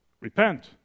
repent